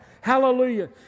Hallelujah